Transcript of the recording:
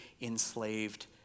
enslaved